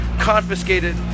confiscated